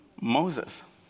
Moses